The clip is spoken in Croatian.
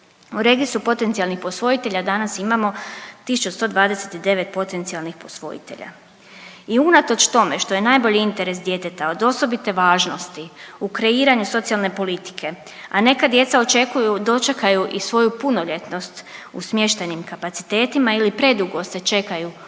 U registru potencijalnih posvojitelju danas imamo 1129 potencijalnih posvojitelju. I unatoč tome što je najbolji interes djeteta od osobite važnosti u kreiranju socijalne politike, a neka djeca očekuju dočekaju i svoju punoljetnost u smještajnim kapacitetima ili predugo se čekaju oduke